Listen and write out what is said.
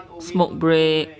smoke break